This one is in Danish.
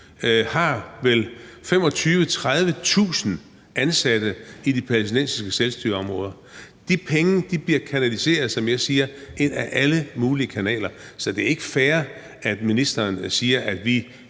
har vel 25.000-30.000 ansatte i de palæstinensiske selvstyreområder. De penge bliver, som jeg siger, kanaliseret ad alle mulige kanaler. Så det er ikke fair, at ministeren siger, at vi